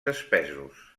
espessos